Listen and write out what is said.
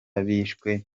bishwe